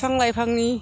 बिफां लाइफांनि